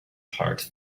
heart